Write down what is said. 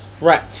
Right